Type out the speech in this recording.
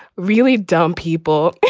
really dumb people,